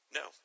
no